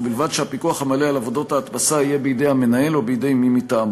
ובלבד שהפיקוח המלא של עבודת ההדפסה יהיה בידי המנהל או בידי מי מטעמו.